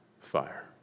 fire